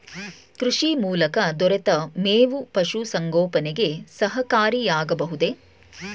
ಕೃಷಿ ಮೂಲಕ ದೊರೆತ ಮೇವು ಪಶುಸಂಗೋಪನೆಗೆ ಸಹಕಾರಿಯಾಗಬಹುದೇ?